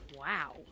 Wow